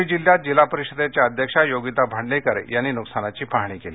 गडविरोली जिल्ह्यात जिल्हा परिषदेच्या अध्यक्ष योगिता भांडेकर यांनी नुकसानीची पाहणी केली